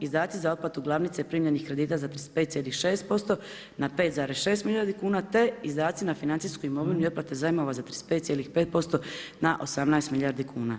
Izdaci za otplatu glavnice primljenih kredita za 35,6% na 5,6 milijardi kuna te izdaci na financijsku imovinu i otplate zajmova na 35,5% na 18 milijardi kuna.